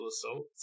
assault